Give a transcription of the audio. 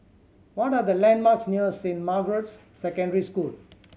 what are the landmarks near Saint Margaret's Secondary School